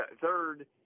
Third